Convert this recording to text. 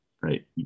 right